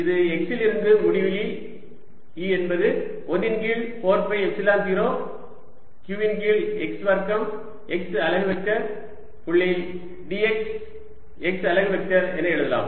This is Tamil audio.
இது x இலிருந்து முடிவிலி E என்பது 1 இன் கீழ் 4 பை எப்சிலான் 0 q இன் கீழ் x வர்க்கம் x அலகு வெக்டர் புள்ளி dx x அலகு வெக்டர் என எழுதலாம்